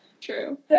True